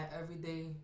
everyday